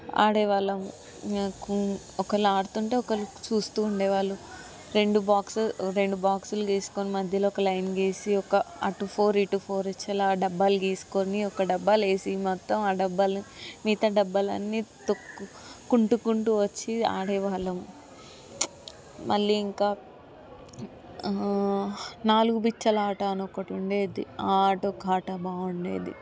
ఆడేవాళ్ళం ఒకళ్ళు ఆడుతుంటే ఒకళ్ళు చూస్తూ ఉండేవాళ్లు రెండు బాక్స్ రెండు బాక్స్లు గీసుకొని మధ్యలో ఒక లైన్ గీసి ఒక అటు ఫోర్ ఇటు ఫోర్ ఇచ్చెల డబ్బాలు గీసుకొని ఒక డబ్బా లేసి మొత్తం ఆ డబ్బా మిగతా డబ్బాలన్నీ తొక్కు కుంటూ కుంటూ వచ్చి ఆడేవాళ్ళం మళ్లీ ఇంకా నాలుగు పిచ్చలాట అని ఒకటుండేది ఆ ఆట ఒక్క ఆట బాగుండేది